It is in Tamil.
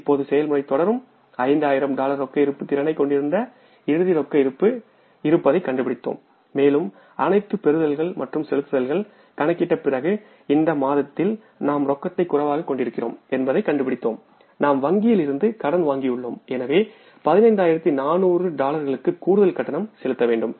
இப்போது செயல்முறை தொடரும் 5000 டாலர் ரொக்க இருப்பு திறனைக் கொண்டிருந்த இறுதி ரொக்க இருப்பு இருப்பதைக் கண்டுபிடித்தோம் மேலும் அனைத்துபெறுதல்கள் மற்றும் செலுத்துதல்கள் கணக்கிட்ட பிறகு இந்த மாதத்தில் நாம் ரொக்கத்தை குறைவாகக் கொண்டிருக்கிறோம் என்பதைக் கண்டுபிடிக்க முடியும் நாம் வங்கியில் இருந்து கடன் வாங்கி உள்ளோம் எனவே 15400 டாலர்களுக்கு கூடுதல் கட்டணம் செலுத்த வேண்டும்